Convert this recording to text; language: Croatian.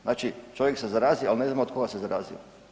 Znači čovjek se zarazi, ali ne znamo od koga se zarazio.